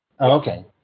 Okay